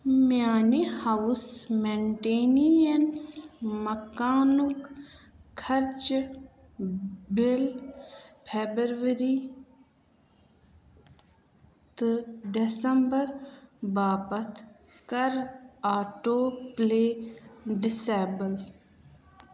میٛانہِ house maintenance مکانُک خرچہٕ بِل فیبَرؤری تہٕ دَسمبر باپتھ کَر آٹوٗ پُلے ڈِسایبُل